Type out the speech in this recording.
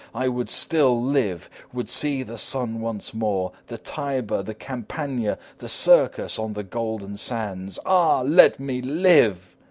i would still live would see the sun once more, the tiber, the campagna, the circus on the golden sands. ah! let me live!